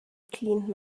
cleaned